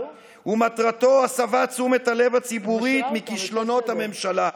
ומטרתו הסבת תשומת הלב הציבורית מכישלונות הממשלה,